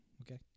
Okay